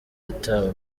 yatawe